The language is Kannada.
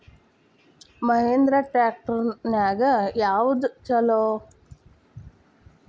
ಮಹೇಂದ್ರಾ ಟ್ರ್ಯಾಕ್ಟರ್ ನ್ಯಾಗ ಯಾವ್ದ ಛಲೋ?